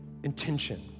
intention